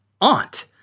aunt